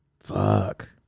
Fuck